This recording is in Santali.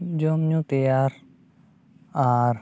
ᱡᱚᱢ ᱧᱩ ᱛᱮᱭᱟᱨ ᱟᱨ